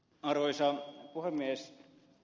arvoisa puhemies